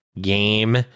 game